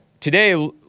Today